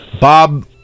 Bob